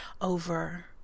over